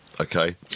Okay